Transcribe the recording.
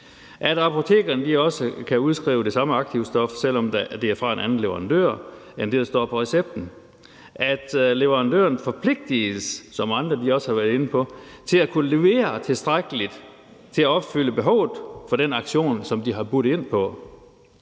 at apotekerne også kan udskrive det samme aktivstof, selv om det er fra en anden leverandør end det, der står på recepten; og at leverandøren forpligtes, som andre også har været inde på, til at kunne levere tilstrækkeligt til at opfylde behovet fra den auktion, som de har budt ind på.